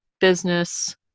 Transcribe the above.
business